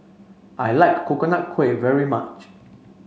I like Coconut Kuih very much